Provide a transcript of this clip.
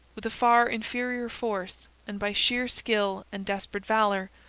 with a far inferior force and by sheer skill and desperate valour,